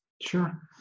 Sure